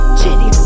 chitty